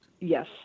Yes